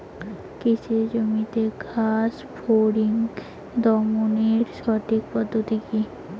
কৃষি জমিতে ঘাস ফরিঙ দমনের সঠিক পদ্ধতি কি?